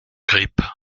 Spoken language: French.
grippe